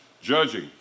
judging